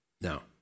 Now